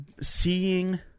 Seeing